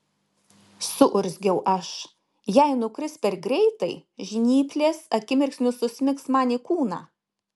suurzgiau aš jei nukris per greitai žnyplės akimirksniu susmigs man į kūną